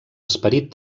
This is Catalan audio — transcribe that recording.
esperit